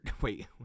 wait